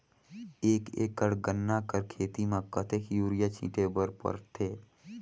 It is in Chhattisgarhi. एक एकड़ गन्ना कर खेती म कतेक युरिया छिंटे बर पड़थे?